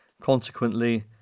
Consequently